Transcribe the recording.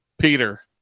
Peter